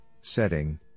setting